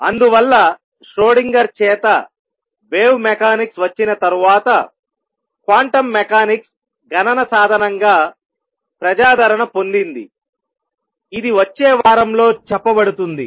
అందువల్ల ష్రోడింగర్ చేత wave mechanics వచ్చిన తరువాత క్వాంటం మెకానిక్స్ గణన సాధనంగా ప్రజాదరణ పొందింది ఇది వచ్చే వారంలో చెప్పబడుతుంది